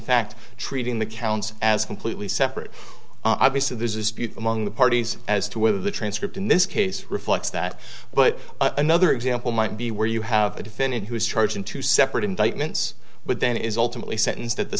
fact treating the counts as completely separate obviously this is the parties as to whether the transcript in this case reflects that but another example might be where you have a defendant who is charged in two separate indictments but then is ultimately sentenced at the